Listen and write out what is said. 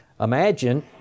Imagine